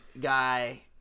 guy